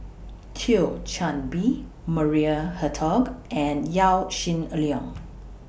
Thio Chan Bee Maria Hertogh and Yaw Shin Leong